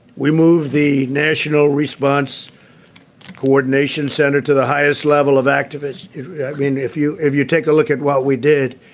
we moved the national response coordination center to the highest level of activity. i mean, if you if you take a look at what we did,